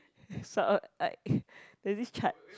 sort of like there's this chart